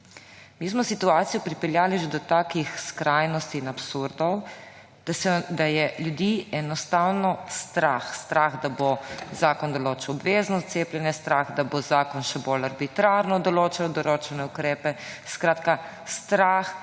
Mi smo situacijo pripeljali že do takih skrajnosti in absurdov, da je ljudi enostavno strah, strah, da bo zakon določal obvezno cepljenje, strah, da bo zakon še bolj arbitrarno določal določene ukrepe, skratka strah